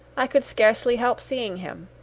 i could scarcely help seeing him.